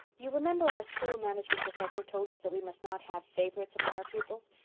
you remember our school management professor told us that we must not have favorites among our pupils,